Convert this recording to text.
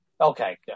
Okay